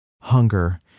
hunger